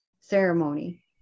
ceremony